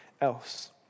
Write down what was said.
else